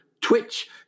twitch